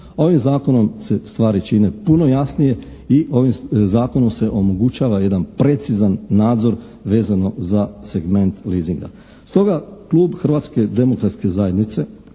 Ovim zakonom se stvari čine puno jasnije i ovim zakonom se omogućava jedan precizan nadzor vezano za segment leasinga. Stoga, Klub Hrvatske demokratske zajednice